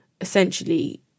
essentially